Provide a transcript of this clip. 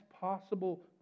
possible